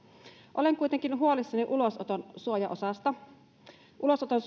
olen kuitenkin huolissani ulosoton suojaosasta ulosoton